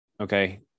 okay